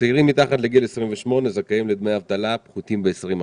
צעירים מתחת לגיל 28 זכאים לדמי אבטלה פחותים ב-20%.